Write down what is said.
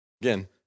Again